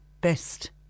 best